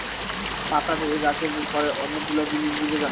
পাতা দেখে গাছের ব্যাপারে অনেক গুলা জিনিস বুঝা যাতিছে